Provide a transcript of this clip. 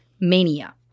mania